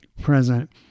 present